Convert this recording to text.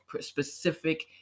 specific